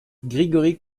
grigori